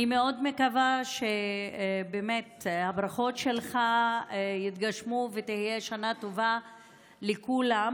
אני מאוד מקווה שבאמת הברכות שלך יתגשמו ותהיה שנה טובה לכולם,